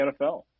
NFL